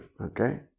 okay